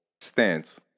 stance